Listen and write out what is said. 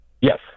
Yes